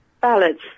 Ballads